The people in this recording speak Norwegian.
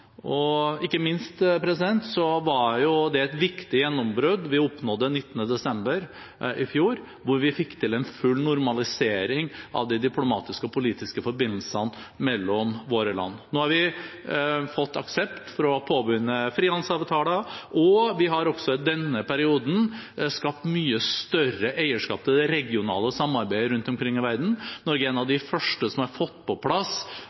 områder. Ikke minst oppnådde vi et viktig gjennombrudd den 19. desember i fjor, da vi fikk til en full normalisering av de diplomatiske og politiske forbindelsene mellom våre land. Vi har fått aksept for å påbegynne frihandelsavtaler, og vi har i denne perioden også skapt mye større eierskap til det regionale samarbeidet rundt omkring i verden. Norge er f.eks. en av de første økonomiene på vår størrelse som har fått på plass